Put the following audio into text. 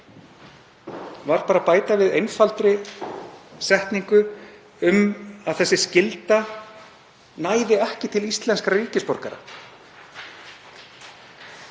var bara að bæta við einfaldri setningu um að þessi skylda næði ekki til íslenskra ríkisborgara.